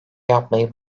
yapmayı